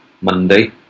Monday